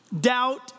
Doubt